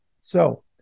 So-